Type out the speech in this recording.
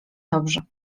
dobrze